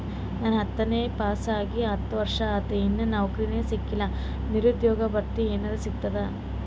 ನಾ ಹತ್ತನೇ ಪಾಸ್ ಆಗಿ ಹತ್ತ ವರ್ಸಾತು, ಇನ್ನಾ ನೌಕ್ರಿನೆ ಸಿಕಿಲ್ಲ, ನಿರುದ್ಯೋಗ ಭತ್ತಿ ಎನೆರೆ ಸಿಗ್ತದಾ?